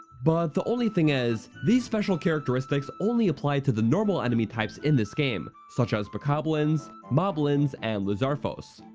but the only thing is, these special characteristics only apply to the normal enemy types in this game, such as bokoblins, moblins, and lizarfos.